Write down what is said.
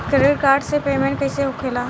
Credit card से payment कईसे होखेला?